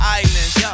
islands